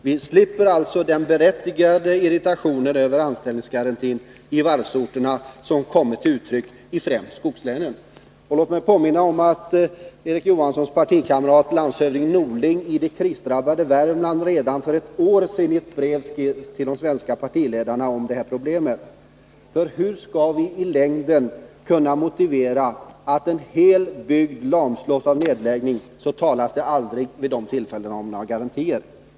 Vi slipper alltså den berättigade irritation över anställningsgarantin i varvsorterna som kommit till uttryck i främst skogslänen. Låt mig påminna om att Erik Johanssons partikamrat landshövding Bengt Norling i det krisdrabbade Värmland redan för ett år sedan skrev till de svenska partiledarna om det här problemet. Hur skall vi i längden kunna motivera anställningsgarantier på vissa håll, när det på andra håll, trots att en hel bygd lamslås av industrinedläggning, inte talas om några garantier?